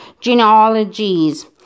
genealogies